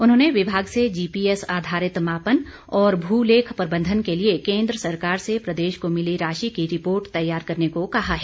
उन्होंने विभाग से जीपीएस आधारित मापन और भू लेख प्रबंधन के लिए केन्द्र सरकार से प्रदेश को मिली राशि की रिपोर्ट तैयार करने को कहा है